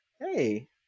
Hey